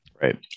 Right